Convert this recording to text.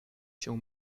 się